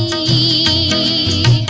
ea